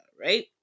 right